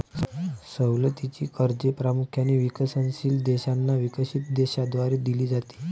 सवलतीची कर्जे प्रामुख्याने विकसनशील देशांना विकसित देशांद्वारे दिली जातात